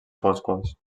foscos